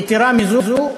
יתרה מזו,